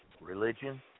religion